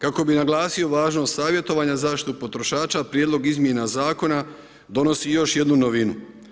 Kako bi naglasio važnost savjetovanja za zaštitu potrošača Prijedlog izmjena Zakona donosi još jednu novinu.